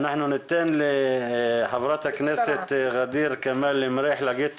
אנחנו ניתן לחברת הכנסת ע'דיר כמאל מריח להגיד את